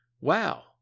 Wow